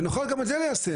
ונוכל גם את זה ליישם.